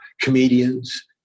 comedians